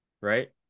right